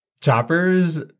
Chopper's